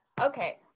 Okay